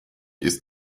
ist